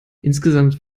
insgesamt